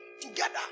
Together